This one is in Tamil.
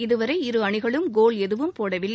இதுவரை இரு அணிகளும் கோல் எதுவும் போடவில்லை